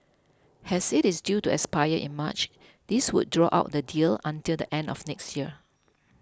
as it is due to expire in March this would draw out the deal until the end of next year